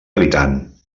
habitant